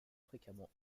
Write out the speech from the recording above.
fréquemment